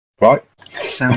right